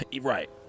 Right